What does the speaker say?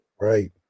Right